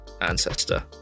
ancestor